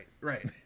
right